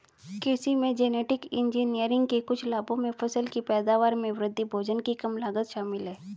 कृषि में genetic engineering के कुछ लाभों में फसल की पैदावार में वृद्धि, भोजन की कम लागत शामिल हैं